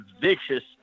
vicious